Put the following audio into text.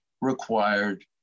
required